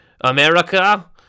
America